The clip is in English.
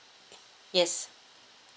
yes